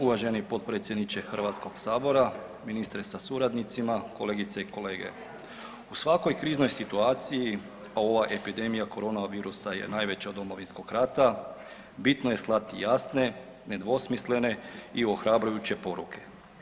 Uvaženi potpredsjedniče Hrvatskog sabora, ministre sa suradnicima, kolegice i kolege u svakoj kriznoj situaciji, a ova epidemija korona virusa je najveća od Domovinskog rata bitno je slati jasne nedvosmislene i ohrabrujuće poruke.